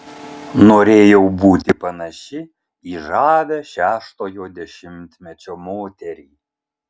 norėjau būti panaši į žavią šeštojo dešimtmečio moterį